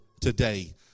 today